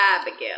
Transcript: Abigail